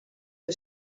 que